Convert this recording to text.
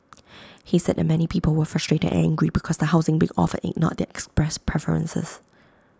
he said that many people were frustrated and angry because the housing being offered ignored their expressed preferences